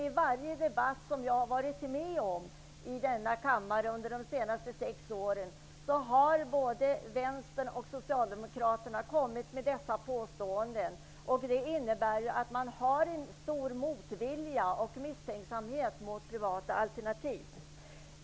I varje debatt som jag har varit med om i denna kammare under de senaste sex åren har både vänstern och Socialdemokraterna kommit med dessa påståenden. Det innebär att de känner en stor motvilja och misstänksamhet mot privata alternativ.